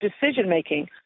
decision-making